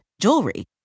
jewelry